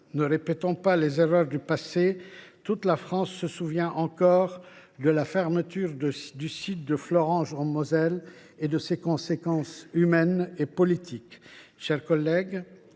Ne répétons pas les erreurs du passé : toute la France se souvient encore de la fermeture du site de Florange, en Moselle, et de ses conséquences humaines et politiques…